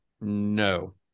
No